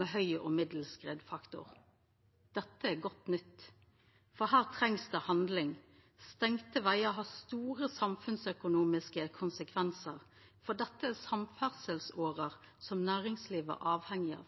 med høg og middels skredfaktor. Dette er godt nytt, for her trengst det handling. Stengte vegar har store samfunnsøkonomiske konsekvensar. Dette er samferdselsårer som næringslivet er avhengig av.